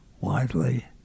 widely